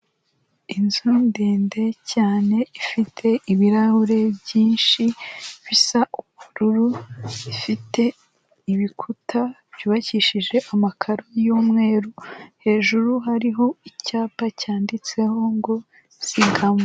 Inzu ndende cyane ifite ibirahuri byinshi bisa ubururu, ifite ibikuta byubakishije amakaro y'umweru hejuru hariho icyapa cyanditseho ngo zigama.